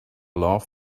love